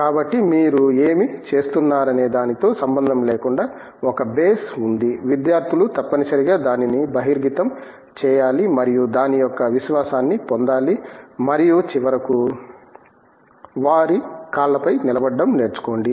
కాబట్టి మీరు ఏమి చేస్తున్నారనే దానితో సంబంధం లేకుండా ఒక బేస్ ఉంది విద్యార్థులు తప్పనిసరిగా దానిని బహిర్గతం చేయాలి మరియు దాని యొక్క విశ్వాసాన్ని పొందాలి మరియు చివరకు వారి కాళ్ళపై నిలబడటం నేర్చుకోండి